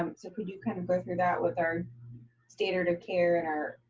um so could you kind of go through that with our standard of care and our,